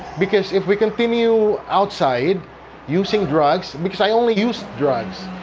because if we continue outside using drugs, because i only use drugs,